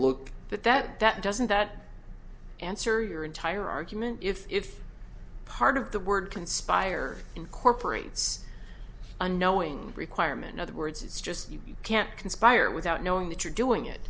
look at that that doesn't that answer your entire argument if it's part of the word conspire incorporates unknowing requirement in other words it's just you can't conspire without knowing that you're doing it